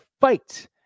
fight